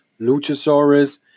Luchasaurus